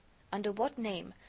under what name,